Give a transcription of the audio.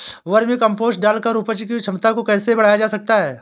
Vermi compost डालकर उपज की क्षमता को कैसे बढ़ाया जा सकता है?